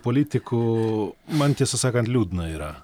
politikų man tiesą sakant liūdna yra